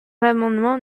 l’amendement